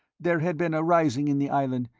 there had been a rising in the island,